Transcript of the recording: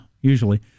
usually